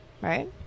right